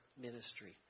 ministry